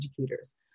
educators